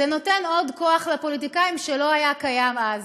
זה נותן לפוליטיקאים עוד כוח שלא היה קיים אז.